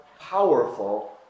powerful